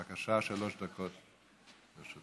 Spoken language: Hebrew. בבקשה, שלוש דקות לרשותך.